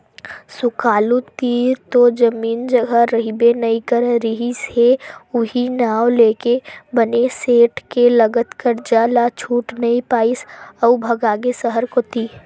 सुकालू तीर तो जमीन जघा रहिबे नइ करे रिहिस हे उहीं नांव लेके बने सेठ के लगत करजा ल छूट नइ पाइस अउ भगागे सहर कोती